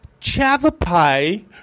Chavapai